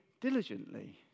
diligently